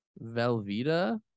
Velveeta